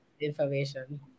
information